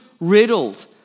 riddled